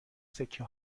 سکه